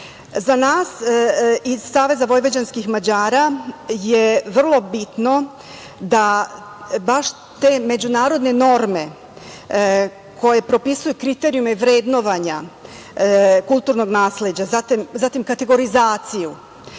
Za nas iz SVM je vrlo bitno da baš te međunarodne norme koje propisuju kriterijume vrednovanja kulturnog nasleđa, zatim kategorizaciju